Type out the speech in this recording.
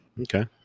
Okay